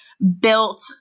built